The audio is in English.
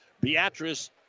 Beatrice